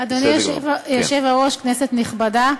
אדוני היושב-ראש, כנסת נכבדה,